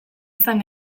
izan